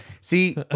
See